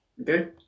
Okay